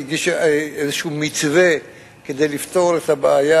הוא הגיש מתווה כלשהו כדי לפתור את הבעיה